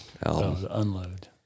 unload